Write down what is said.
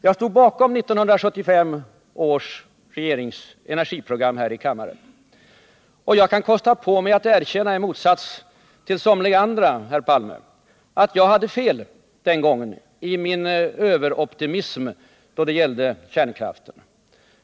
Jag stod bakom 1975 års energiprogram när det antogs här i kammaren, och jag kan kosta på mig att erkänna — i motsats till många andra, Olof Palme — att jag hade fel den gången i min överoptimism då det gällde kärnkraften.